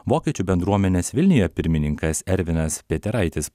vokiečių bendruomenės vilniuje pirmininkas ervinas peteraitis